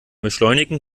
beschleunigen